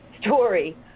story